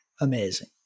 amazing